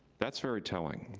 that's very telling.